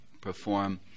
perform